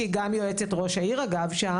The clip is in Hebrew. שהיא גם יועצת ראש העיר שם,